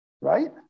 right